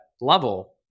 level